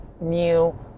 new